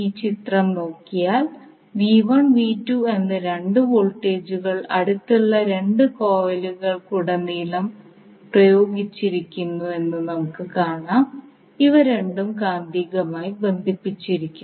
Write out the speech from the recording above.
ഈ ചിത്രം നോക്കിയാൽ എന്ന 2 വോൾട്ടേജുകൾ അടുത്തുള്ള 2 കോയിലുകളിലുടനീളം പ്രയോഗിച്ചിരിക്കുന്നു എന്ന് നമുക്ക് കാണാം ഇവ രണ്ടും കാന്തികമായി ബന്ധിപ്പിച്ചിരിക്കുന്നു